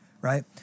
right